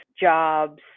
jobs